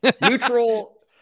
neutral